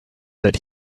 that